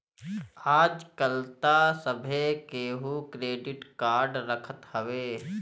आजकल तअ सभे केहू क्रेडिट कार्ड रखत हवे